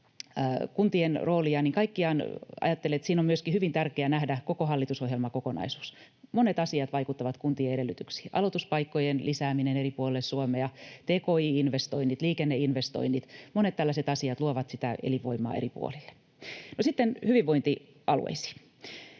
kuntien roolia, niin kaikkiaan ajattelen, että siinä on myöskin hyvin tärkeää nähdä koko hallitusohjelmakokonaisuus. Monet asiat vaikuttavat kuntien edellytyksiin: aloituspaikkojen lisääminen eri puolille Suomea, tki-investoinnit, liikenneinvestoinnit, monet tällaiset asiat luovat sitä elinvoimaa eri puolille.1 No, sitten hyvinvointialueisiin.